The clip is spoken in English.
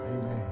Amen